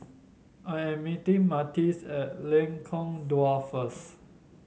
I am meeting Matias at Lengkong Dua first